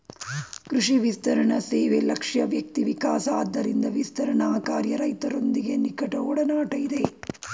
ಕೃಷಿ ವಿಸ್ತರಣಸೇವೆ ಲಕ್ಷ್ಯ ವ್ಯಕ್ತಿವಿಕಾಸ ಆದ್ದರಿಂದ ವಿಸ್ತರಣಾಕಾರ್ಯ ರೈತರೊಂದಿಗೆ ನಿಕಟಒಡನಾಟ ಇದೆ